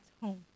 home